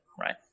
right